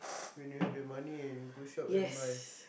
when you have the money and you go shop and buy